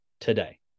today